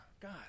God